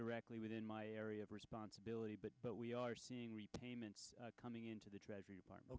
directly within my area of responsibility but what we are seeing repayments coming into the treasury department